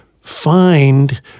find